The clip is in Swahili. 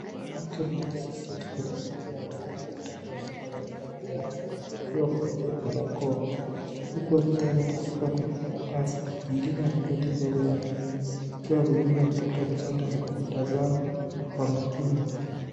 Mwanamke mmoja ameketi kwenye meza ya mviringo ndani ya hema ya huduma za afya amevalia barakoa huku akijaza taarifa kwenye karatasi ,mwingine ameketi mbele yake akiwa amebeba mtoto mchanga na kumtazama kwa makini.